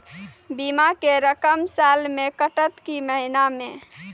बीमा के रकम साल मे कटत कि महीना मे?